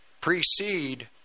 precede